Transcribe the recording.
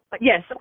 Yes